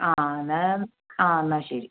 ആ ആ എന്നാൽ ശരി